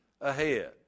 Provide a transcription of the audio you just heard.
ahead